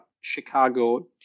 Chicago